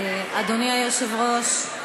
אדוני היושב-ראש,